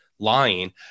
lying